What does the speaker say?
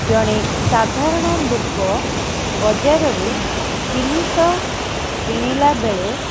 ଜଣେ ସାଧାରଣଲୋକ ବଜାରରେ ଜିନିଷ କିଣିଲାବେଳେ